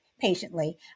patiently